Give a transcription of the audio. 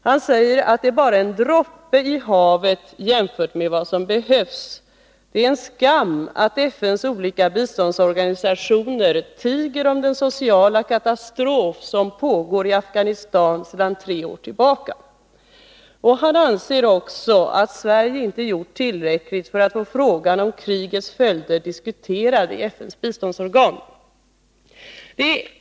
Han säger att det bara är en droppe i havet jämfört med vad som behövs. Det är en skam att FN:s olika biståndsorganisationer tiger om den sociala katastrof som pågår i Afghanistan sedan tre år tillbaka. Han anser också att Sverige inte har gjort tillräckligt för att få frågan om krigets följder diskuterad i FN:s biståndsorgan.